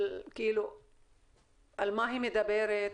על מה היא מדברת,